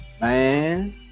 Man